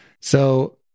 So-